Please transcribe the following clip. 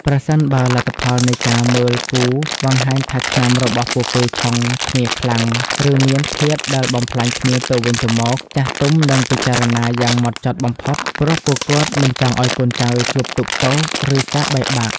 ប្រសិនបើលទ្ធផលនៃការមើលគូបង្ហាញថាឆ្នាំរបស់ពួកគេ "ឆុង" គ្នាខ្លាំង ឬមានធាតុដែលបំផ្លាញគ្នាទៅវិញទៅមក ចាស់ទុំនឹងពិចារណាយ៉ាងម៉ត់ចត់បំផុត ព្រោះពួកគាត់មិនចង់ឱ្យកូនចៅជួបទុក្ខទោស ឬការបែកបាក់។